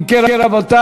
אם כן, רבותי,